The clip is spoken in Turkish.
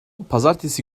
pazartesi